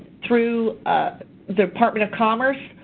through the department of commerce.